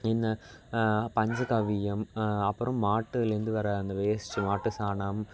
இந்த பஞ்சகவ்வியம் அப்பறம் மாட்டுலேந்து வர அந்த வேஸ்ட்டு மாட்டு சாணம்